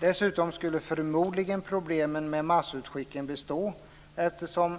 Dessutom skulle förmodligen problemen med massutskicken bestå, eftersom